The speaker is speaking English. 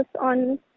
on